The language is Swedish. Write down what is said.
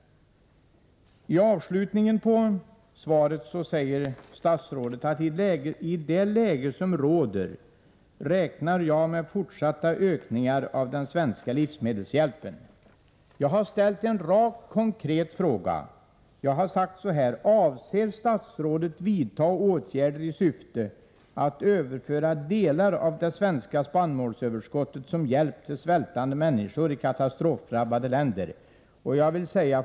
I slutet av svaret säger statsrådet: ”I det läge som råder räknar jag med fortsatta ökningar av den svenska livsmedelshjälpen.” Jag har ställt en rak, konkret fråga: Avser statsrådet vidta åtgärder i syfte att överföra delar av det svenska spannmålsöverskottet som hjälp till svältande människor i katastrofdrabbade länder?